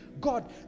God